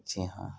جی ہاں